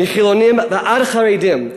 מחילונים ועד חרדים,